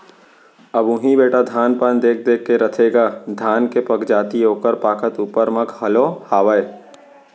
अब उही बेटा धान पान देख देख के रथेगा धान के पगजाति ओकर पाकत ऊपर म घलौ हावय